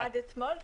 עד אתמול.